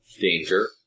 danger